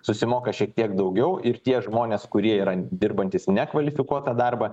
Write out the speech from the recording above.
susimoka šiek tiek daugiau ir tie žmonės kurie yra dirbantys nekvalifikuotą darbą